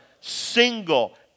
single